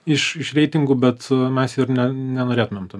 iš iš reitingų bet a mes ir ne nenorėtumėm to